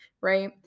Right